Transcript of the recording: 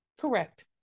correct